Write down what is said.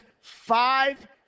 five